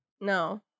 No